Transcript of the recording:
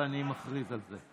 ואני מכריז על זה.